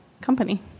company